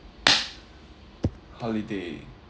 holiday